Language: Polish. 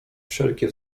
wszelkie